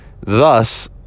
Thus